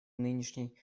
нынешней